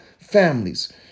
families